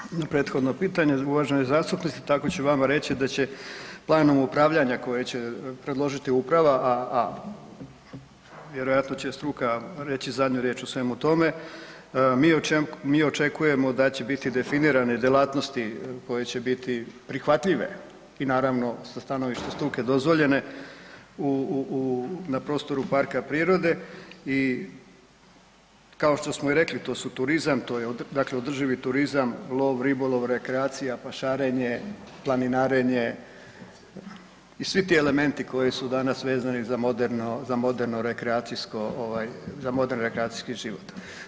Dakle, kao i u prethodno pitanje, uvaženi zastupniče, tako ću vama reći da će planom upravljanja koje će predložiti uprava a vjerojatno će struka reći zadnju riječ u svemu tome, mi očekujemo da će biti definirane djelatnosti koje će biti prihvatljive i naravno sa stanovišta struke dozvoljene na prostoru parka prirode i kao što smo i rekli, to su turizam, to je dakle održivi turizam, lov, ribolov, rekreacija, pašarenje, planinarenje i svi ti elementi koji su danas vezani za moderni rekreacijski život.